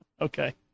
Okay